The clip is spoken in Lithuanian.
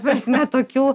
prasme tokių